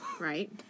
Right